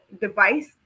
device